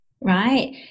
Right